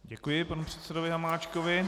Děkuji panu předsedovi Hamáčkovi.